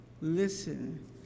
Listen